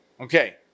Okay